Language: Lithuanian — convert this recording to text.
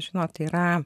žinot yra